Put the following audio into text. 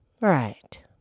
Right